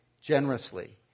generously